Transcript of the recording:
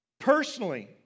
Personally